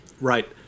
Right